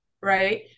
right